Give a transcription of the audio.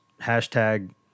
Hashtag